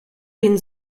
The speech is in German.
den